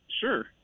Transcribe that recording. Sure